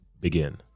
begin